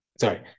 sorry